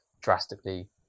drastically